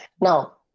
Now